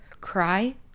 Cry